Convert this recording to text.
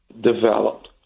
developed